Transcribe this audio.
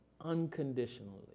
unconditionally